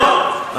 לא,